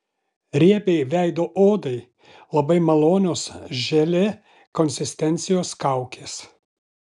riebiai veido odai labai malonios želė konsistencijos kaukės